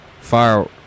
fire